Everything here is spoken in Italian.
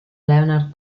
leonard